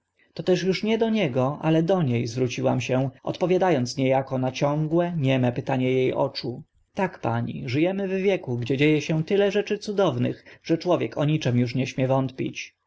ubliżeniem toteż uż nie do niego ale do nie zwróciłam się odpowiada ąc nie ako na ciągłe nieme pytanie e oczu tak pani ży emy w wieku gdy dzie e się tyle rzeczy cudownych że człowiek o niczym uż nie śmie wątpić